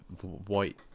white